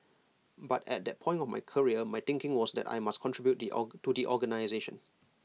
but at that point of my career my thinking was that I must contribute or to the organisation